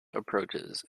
approaches